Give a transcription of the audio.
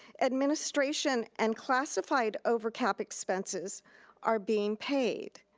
administration and classified over cap expenses are being paid.